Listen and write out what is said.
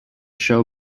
show